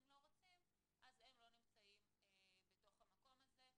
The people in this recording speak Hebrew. לא רוצים אז הם לא נמצאים במקום הזה.